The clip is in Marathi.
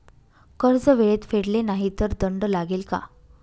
कर्ज वेळेत फेडले नाही तर दंड लागेल का?